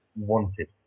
Wanted